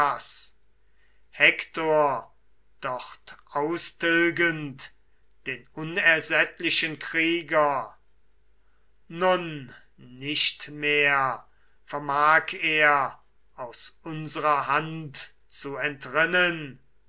hektor dort austilgend den unersättlichen krieger nun nicht mehr vermag er aus unserer hand zu entrinnen